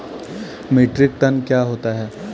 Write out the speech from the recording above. Metric tonne क्या होता है?